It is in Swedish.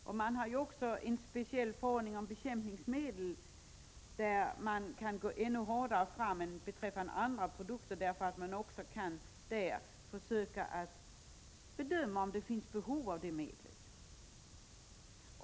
Det finns också en speciell förordning om bekämpningsmedel, där man kan gå ännu hårdare fram än beträffande andra produkter, eftersom det kan bedömas om det finns behov av dessa medel.